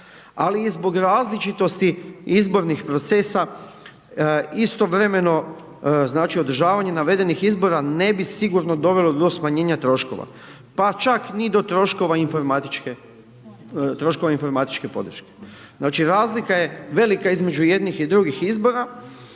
ali i zbog različitosti izbornih procesa istovremeno, znači, održavanje navedenih izbora ne bi sigurno dovelo do smanjenja troškova, pa čak ni do troškova informatičke podrške. Znači, razlika je velika između jednih i drugih izbora